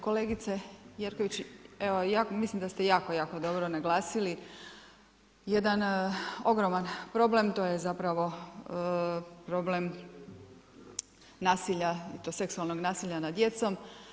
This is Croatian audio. Kolegice Jerković, evo ja mislim da ste jako, jako dobro naglasili jedan ogroman problem, to je zapravo problem nasilja i to seksualnog nasilja nad djecom.